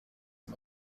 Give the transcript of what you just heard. and